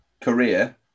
career